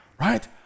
Right